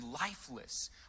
lifeless